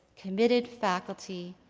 committed faculty,